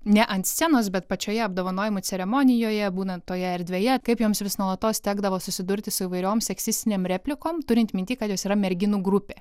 ne ant scenos bet pačioje apdovanojimų ceremonijoje būnant toje erdvėje kaip joms vis nuolatos tekdavo susidurti su įvairioms seksistiniam replikom turint mintyje kad jos yra merginų grupė